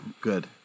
good